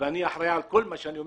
ואני אחראי על כל מה שאני אומר.